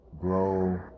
grow